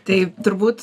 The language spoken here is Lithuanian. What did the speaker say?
taip turbūt